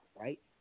right